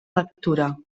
lectura